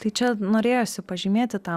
tai čia norėjosi pažymėti tą